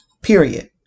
period